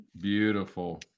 Beautiful